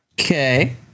Okay